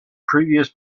previous